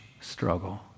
struggle